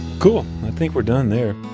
cool. i think we're done there.